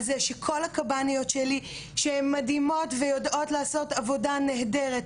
זה שכל הקב"ניות שלי שהן מדהימות ויודעות לעשות עבודה נהדרת,